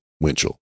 Winchell